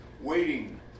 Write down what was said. waiting